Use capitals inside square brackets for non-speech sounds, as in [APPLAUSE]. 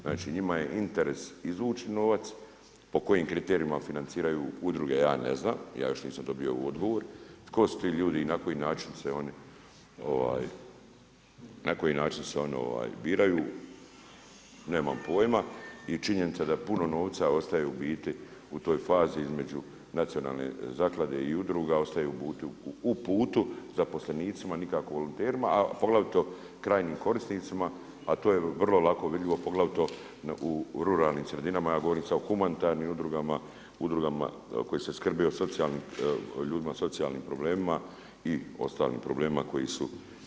Znači njima je interes izvući novac, po kojim kriterijima financiraju udruge ja ne znam, ja još nisam dobio odgovor, tko su ti ljudi i na koji način se oni biraju, nema pojma i činjenica da puno novca ostaje u biti u toj fazi između nacionalne zaklade i udruga, ostaju u putu zaposlenicima, nikako … [UNINTELLIGIBLE] a poglavito krajnjim korisnicima a to je vrlo kalo vidljivo, poglavito u ruralnim sredinama, ja govorim sad o humanitarnim udrugama, udrugama koje skrbe o ljudima sa socijalnim problemima i ostalim problemima koji su.